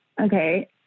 Okay